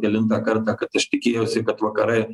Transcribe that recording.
kelintą kartą kad aš tikėjausi kad vakarai